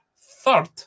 third